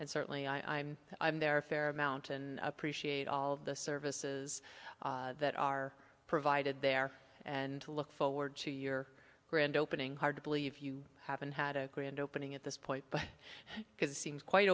and certainly i'm there a fair amount and appreciate all of the services that are provided there and to look forward to your grand opening hard to believe you haven't had a grand opening at this point but